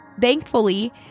Thankfully